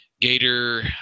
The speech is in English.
gator